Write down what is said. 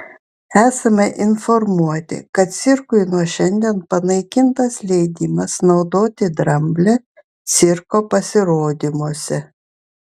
esame informuoti kad cirkui nuo šiandien panaikintas leidimas naudoti dramblę cirko pasirodymuose